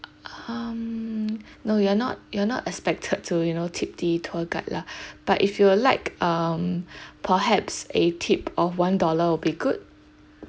um no you are not you are not expected to you know tip the tour guide lah but if you would like um perhaps a tip of one dollar will be good